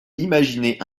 imaginer